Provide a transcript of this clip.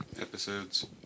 episodes